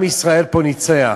עם ישראל פה ניצח